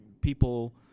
people